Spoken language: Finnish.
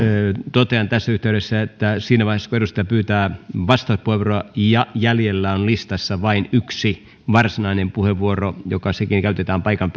totean tässä yhteydessä että siinä vaiheessa kun edustaja pyytää vastauspuheenvuoroa ja jäljellä on listassa vain yksi varsinainen puheenvuoro joka sekin käytetään paikan